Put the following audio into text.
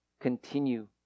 continue